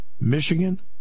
Michigan